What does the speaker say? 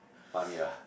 find me a